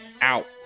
out